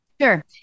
Sure